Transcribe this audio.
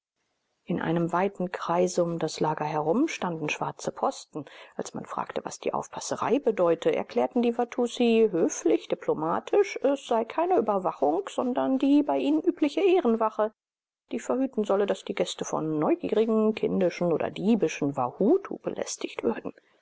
in einem weiten kreise um das lager herum standen schwarze posten als man fragte was die aufpasserei bedeute erklärten die watussi höflich diplomatisch es sei keine überwachung sondern die bei ihnen übliche ehrenwache die verhüten solle daß die gäste von neugierigen kindischen oder diebischen wahutu belästigt würden